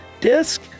Disc